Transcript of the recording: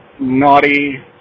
naughty